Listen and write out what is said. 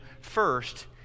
first